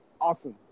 Awesome